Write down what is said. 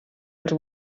als